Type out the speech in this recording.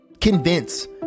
Convince